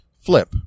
flip